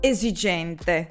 Esigente